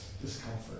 discomfort